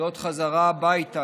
זאת חזרה הביתה,